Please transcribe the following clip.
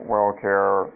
WellCare